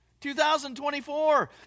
2024